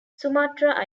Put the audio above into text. sumatra